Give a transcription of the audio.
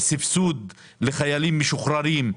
סבסוד לחיילים משוחררים.